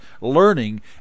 learning